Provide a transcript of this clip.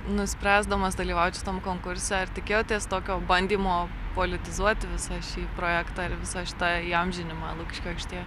nuspręsdamas dalyvaut šitam konkurse ar tikėjotės tokio bandymo politizuoti visą šį projektą ir visą šitą įamžinimą lukiškių aikštėje